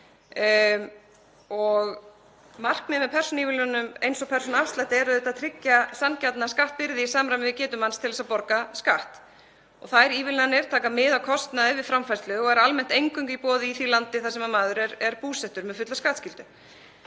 Markmiðið með persónuívilnunum eins og persónuafslætti er auðvitað að tryggja sanngjarna skattbyrði í samræmi við getu manns til að borga skatt. Þær ívilnanir taka mið af kostnaði við framfærslu og eru almennt eingöngu í boði í því landi þar sem maður er búsettur með fulla skattskyldu